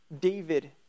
David